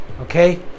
okay